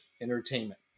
Entertainment